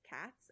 cats